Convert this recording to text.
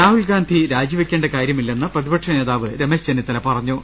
രാഹുൽ ഗാന്ധി രാജി വെയ്ക്കേണ്ട കാര്യമില്ലെന്ന് പ്രതിപക്ഷ നേതാവ് രമേശ് ചെന്നിത്തല പറഞ്ഞു